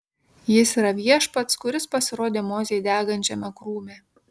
jis yra viešpats kuris pasirodė mozei degančiame krūme